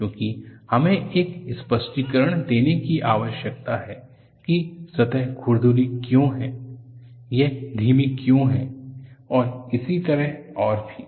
क्योंकि हमें एक स्पष्टीकरण देने की आवश्यकता है कि सतह खुरदरी क्यों है यह धीमी क्यों है और इसी तरह और भी